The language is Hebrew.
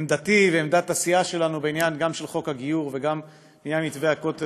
עמדתי ועמדת הסיעה שלנו בעניין חוק הגיור ומתווה הכותל,